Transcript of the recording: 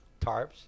tarps